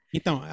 Então